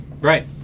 Right